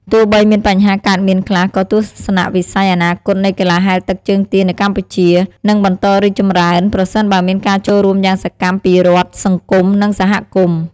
ទោះបីមានបញ្ហាកើតមានខ្លះ ក៏ទស្សនវិស័យអនាគតនៃកីឡាហែលទឹកជើងទានៅកម្ពុជា នឹងបន្តរីកចម្រើន ប្រសិនបើមានការចូលរួមយ៉ាងសកម្មពីរដ្ឋ សង្គម និងសហគមន៍។